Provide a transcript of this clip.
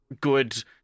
good